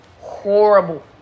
horrible